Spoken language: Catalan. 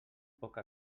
poc